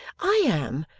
i am.